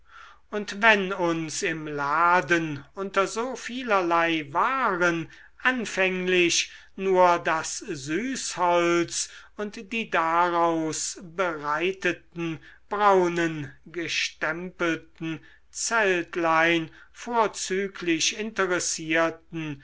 und wenn uns im laden unter so vielerlei waren anfänglich nur das süßholz und die daraus bereiteten braunen gestempelten zeltlein vorzüglich interessierten